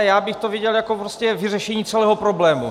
Já bych to viděl jako prostě vyřešení celého problému.